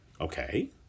Okay